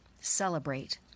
celebrate